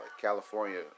California